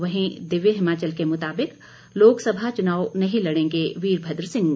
वहीं दिव्य हिमाचल के मुताबिक लोकसभा चुनाव नहीं लड़ेंगे वीरभद्र सिंह